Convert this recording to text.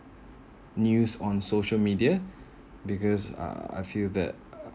news on social media because uh I feel that uh